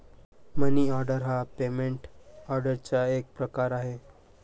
मनी order हा payment ऑर्डरचा एक प्रकार आहे